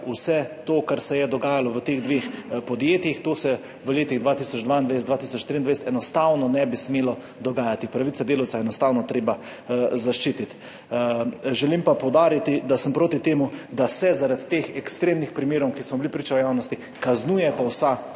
vse to, kar se je dogajalo v teh dveh podjetjih, to se v letih 2022, 2023 enostavno ne bi smelo dogajati. Pravice delavca je enostavno treba zaščititi. Želim pa poudariti, da sem proti temu, da se zaradi teh ekstremnih primerov, ki smo jim bili priča v javnosti, kaznuje vsa